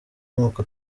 moko